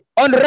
on